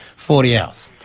forty hours.